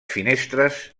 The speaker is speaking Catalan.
finestres